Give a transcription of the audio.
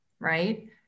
Right